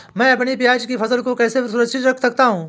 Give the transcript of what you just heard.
मैं अपनी प्याज की फसल को कैसे सुरक्षित रख सकता हूँ?